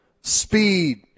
Speed